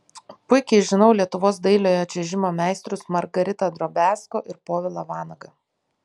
puikiai žinau lietuvos dailiojo čiuožimo meistrus margaritą drobiazko ir povilą vanagą